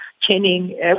chaining